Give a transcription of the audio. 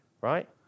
right